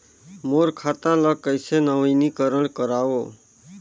मोर खाता ल कइसे नवीनीकरण कराओ?